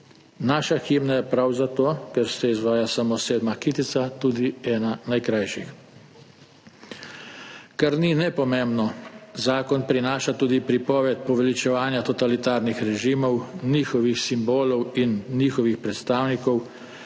Naša himna je prav zato, ker se izvaja samo sedma kitica, tudi ena najkrajših. Kar ni nepomembno, zakon prinaša tudi prepoved poveličevanja totalitarnih režimov, njihovih simbolov in predstavnikov.